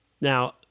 Now